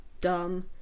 dumb